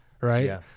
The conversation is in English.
right